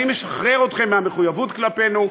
אני משחרר אתכם מהמחויבות כלפינו.